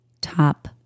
top